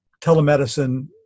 telemedicine